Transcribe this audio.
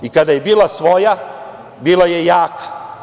I kada je bila svoja bila je jaka.